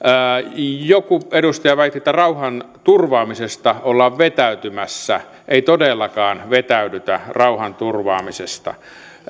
joku edustaja väitti että rauhanturvaamisesta ollaan vetäytymässä ei todellakaan vetäydytä rauhanturvaamisesta